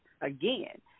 again